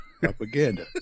Propaganda